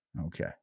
Okay